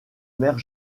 mère